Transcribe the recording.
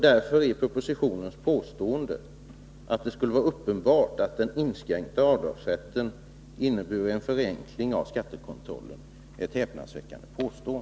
Därför är propositionens påstående, att en inskränkning av avdragsrätten skulle innebära en uppenbar förenkling av skattekontrollen, häpnadsväckande.